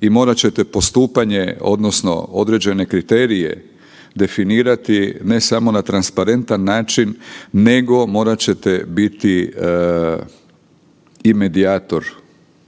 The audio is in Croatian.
i morat ćete postupanje odnosno određene kriterije definirati ne samo na transparentan način nego morat ćete biti i medijator